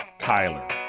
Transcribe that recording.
Kyler